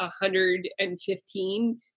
115